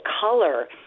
color